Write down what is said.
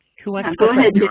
to go ahead?